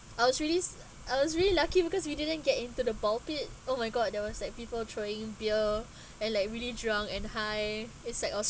I was really I was really lucky because we didn't get into the bulk pit oh my god that was like people throwing beer and like really drunk and high it's like a